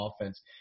offense